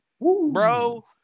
Bro